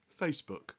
Facebook